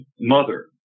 mother